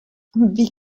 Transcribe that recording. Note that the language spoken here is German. wie